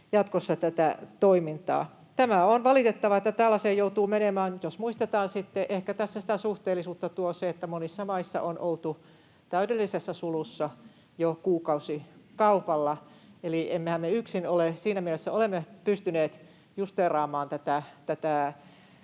jatkossa tätä toimintaa. Tämä on valitettavaa, että tällaiseen joutuu menemään, mutta jos muistetaan sitten — ehkä se tuo tässä sitä suhteellisuutta — että monissa maissa on oltu täydellisessä sulussa jo kuukausikaupalla, eli emmehän me yksin ole. Siinä mielessä olemme pystyneet justeeraamaan tätä